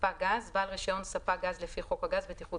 "ספק גז" בעל רישיון ספק גז לפי חוק הגז (בטיחות